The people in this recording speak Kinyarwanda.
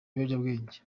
ibiyobyabwenge